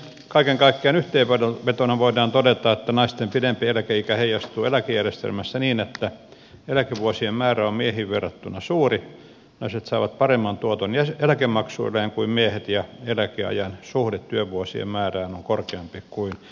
kaiken kaikkiaan yhteenvetona voidaan todeta että naisten pidempi eläkeikä heijastuu eläkejärjestelmässä niin että eläkevuosien määrä on miehiin verrattuna suuri naiset saavat paremman tuoton eläkemaksuilleen kuin miehet ja eläkeajan suhde työvuosien määrään on korkeampi kuin miehillä